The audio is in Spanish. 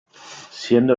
siendo